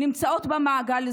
נמצאים במעגל הזנות,